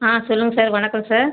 ஆ சொல்லுங்க சார் வணக்கம் சார்